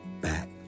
back